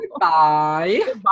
Bye